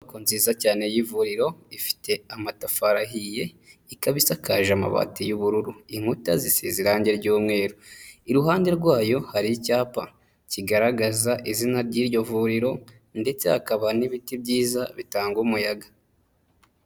Inyubako nziza cyane y'ivuriro, ifite amatafari ahiye, ikaba isakaje amabati y'ubururu, inkuta zisize irangi ry'umweru. Iruhande rwayo hari icyapa kigaragaza izina ry'iryo vuriro ndetse hakaba n'ibiti byiza bitanga umuyaga.